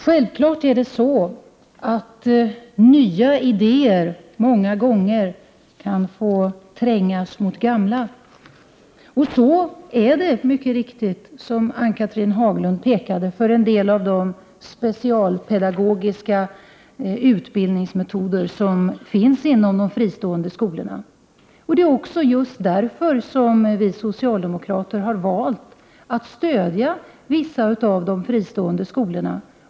Herr talman! Självfallet kan nya ideér många gånger få trängas med gamla. Så är det mycket riktigt, som Ann-Cathrine Haglund påpekade, för en del av de specialpedagogiska utbildningsmetoder som finns inom de fristående skolorna. Det är också just därför som vi socialdemokrater har valt att stödja vissa av de fristående skolorna.